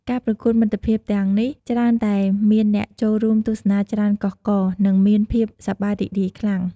ការប្រកួតមិត្តភាពទាំងនេះច្រើនតែមានអ្នកចូលរួមទស្សនាច្រើនកុះករ និងមានភាពសប្បាយរីករាយខ្លាំង។